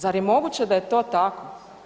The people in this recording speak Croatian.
Zar je moguće da je to tako?